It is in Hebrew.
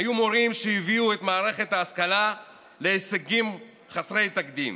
היו מורים שהביאו את מערכת ההשכלה להישגים חסרי תקדים,